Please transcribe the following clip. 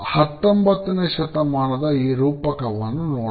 19ನೇ ಶತಮಾನದ ಈ ರೂಪಕವನ್ನು ನೋಡಣ